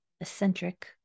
eccentric